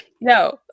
no